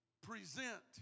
present